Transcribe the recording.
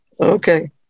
Okay